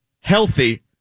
healthy